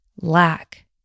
lack